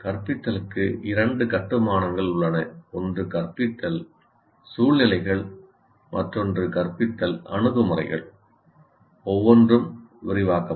கற்பித்தலுக்கு இரண்டு கட்டுமானங்கள் உள்ளன ஒன்று கற்பித்தல் சூழ்நிலைகள் மற்றொன்று கற்பித்தல் அணுகுமுறைகள் ஒவ்வொன்றும் விரிவாக்கப்படும்